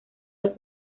los